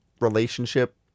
relationship